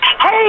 Hey